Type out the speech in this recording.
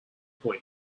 point